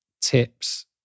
tips